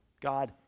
God